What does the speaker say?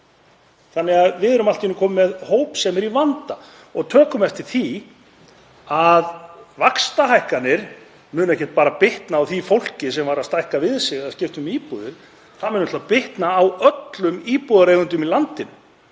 þannig að við erum allt í einu komin með hóp sem er í vanda. Og tökum eftir því að vaxtahækkanir munu ekki bara bitna á því fólki sem var að stækka við sig eða skipta um íbúðir, þær munu bitna á öllum íbúðareigendum í landinu.